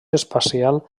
espacial